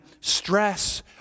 stress